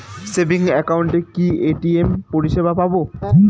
Savings একাউন্টে কি ATM পরিসেবা পাব?